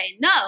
No